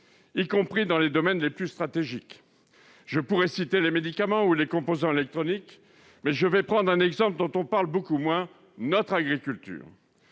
y compris dans les domaines les plus stratégiques. Je pourrais citer les médicaments ou les composants électroniques, mais je vais prendre un exemple dont on parle beaucoup moins, celui de notre agriculture.